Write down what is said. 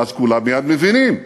ואז כולם מייד מבינים.